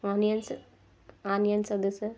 onions onions అది స